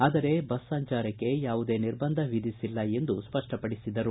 ಆದರೆ ಬಸ್ ಸಂಚಾರಕ್ಕೆ ಯಾವುದೇ ನಿರ್ಬಂಧ ವಿಧಿಸಿಲ್ಲ ಎಂದು ಸ್ಪಷ್ಷಪಡಿಸಿದರು